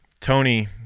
Tony